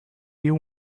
you